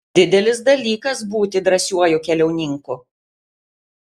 didelis dalykas būti drąsiuoju keliauninku